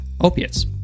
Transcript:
opiates